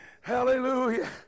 Hallelujah